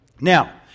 Now